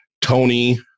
Tony